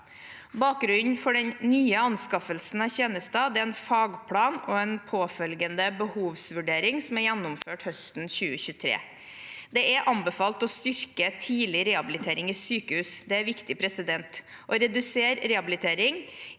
Bakgrunnen for den nye anskaffelsen av tjenester er en fagplan og en påfølgende behovsvurdering som er gjennomført høsten 2023. Det er anbefalt å styrke tidlig rehabilitering i sykehus – det er viktig – og å redusere rehabilitering